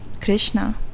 Krishna